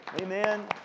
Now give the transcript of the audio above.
amen